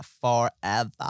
Forever